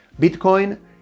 Bitcoin